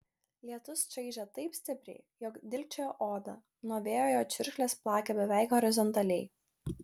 lietus čaižė taip stipriai jog dilgčiojo odą nuo vėjo jo čiurkšlės plakė beveik horizontaliai